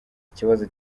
ikibazo